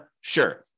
Sure